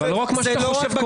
אבל לא רק מה שאתה חושב קובע.